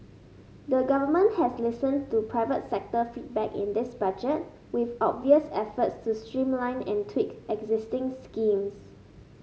the Government has listened to private sector feedback in this Budget with obvious efforts to streamline and tweak existing schemes